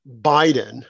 Biden